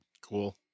Cool